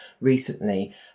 recently